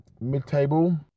Mid-table